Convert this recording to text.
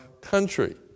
country